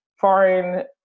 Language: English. foreign